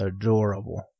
adorable